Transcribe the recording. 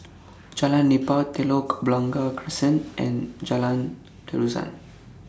Jalan Nipah Telok Blangah Crescent and Jalan Terusan